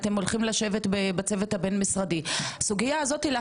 הסוגייה הזאת להכניס את משרד החוץ בתוך הצוות הבין משרדי,